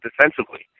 defensively